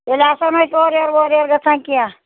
تیٚلہِ آسو نہٕ أسۍ اورٕ یور وورٕ یور گژھان کیٚنٛہہ